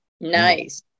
nice